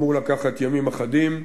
זה אמור לקחת ימים אחדים.